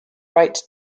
right